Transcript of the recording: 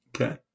Okay